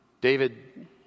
David